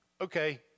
okay